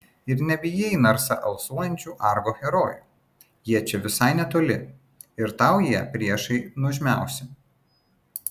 ir nebijai narsa alsuojančių argo herojų jie čia visai netoli ir tau jie priešai nuožmiausi